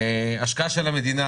ההשקעה של המדינה,